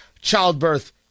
childbirth